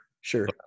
sure